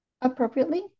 appropriately